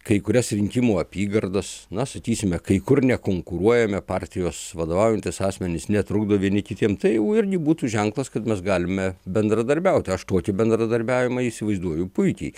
kai kurias rinkimų apygardas na sakysime kai kur nekonkuruojame partijos vadovaujantys asmenys netrukdo vieni kitiem tai jau irgi būtų ženklas kad mes galime bendradarbiauti aš tokį bendradarbiavimą įsivaizduoju puikiai